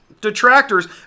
detractors